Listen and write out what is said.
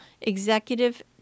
executive